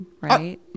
right